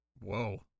Whoa